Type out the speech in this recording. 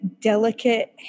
delicate